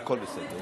הכול בסדר.